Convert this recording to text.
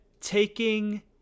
taking